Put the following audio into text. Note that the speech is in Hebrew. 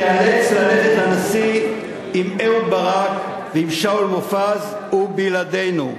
תיאלץ ללכת לנשיא עם אהוד ברק ועם שאול מופז ובלעדינו.